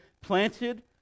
planted